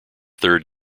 third